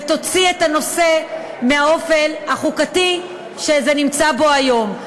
ותוציא את הנושא מהאופל החוקתי שהוא נמצא בו היום.